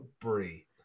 Brie